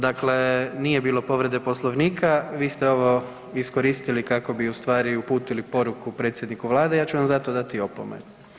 Dakle, nije bilo povrede Poslovnika, vi ste ovo iskoristili kako bi ustvari uputili poruku predsjedniku Vlade i ja ću vam zato dati opomenu.